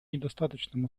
недостаточным